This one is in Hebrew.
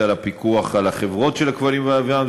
לפיקוח על החברות של הכבלים והלוויין,